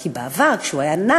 כי בעבר, כשהוא היה נער,